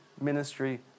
ministry